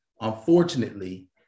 Unfortunately